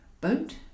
Boat